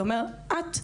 ואומר את שלי,